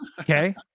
Okay